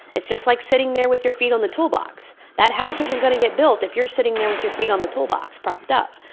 it's just like sitting there with your feet on the toolbox. that house isn't going to get built if you're sitting there with your feet on the toolbox propped up.